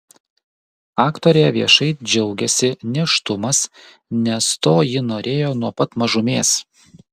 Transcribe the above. aktorė viešai džiaugiasi nėštumas nes to ji norėjo nuo pat mažumės